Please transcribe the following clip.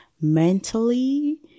mentally